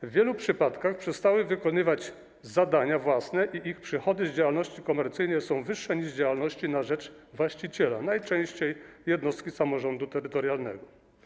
W wielu przypadkach przestały one wykonywać zadania własne i ich przychody z działalności komercyjnej są wyższe niż z działalności na rzecz właściciela, najczęściej jednostki samorządu terytorialnego.